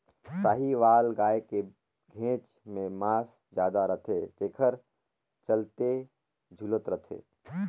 साहीवाल गाय के घेंच में मांस जादा रथे तेखर चलते झूलत रथे